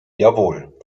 jawohl